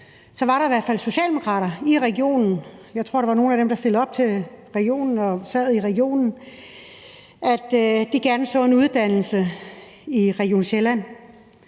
var der i hvert fald socialdemokrater i regionen – nogle af dem, der stillede op til regionen og sad i regionen – der gerne så en uddannelse i Region Sjælland.